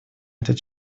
этот